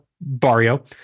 Barrio